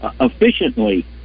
efficiently